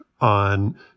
on